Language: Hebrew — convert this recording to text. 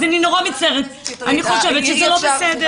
אז אני נורא מצטערת, אני חושבת שזה לא בסדר.